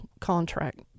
contract